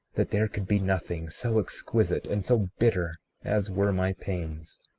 that there could be nothing so exquisite and so bitter as were my pains.